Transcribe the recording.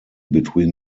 between